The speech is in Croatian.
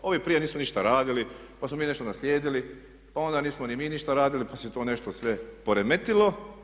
Ovi prije nisu ništa radili pa smo mi nešto naslijedili pa onda nismo ni mi ništa radili pa se to nešto sve poremetilo.